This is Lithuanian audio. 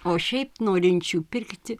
o šiaip norinčių pirkti